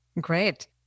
Great